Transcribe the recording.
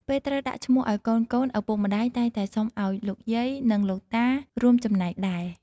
ពេលត្រូវដាក់ឈ្មោះឱ្យកូនៗ ឪពុកម្ដាយតែងតែសុំឱ្យលោកយាយ និងលោកតារួមចំណែកដែរ។